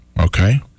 okay